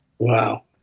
wow